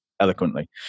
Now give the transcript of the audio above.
eloquently